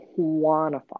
quantify